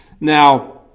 Now